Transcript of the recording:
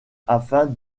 afin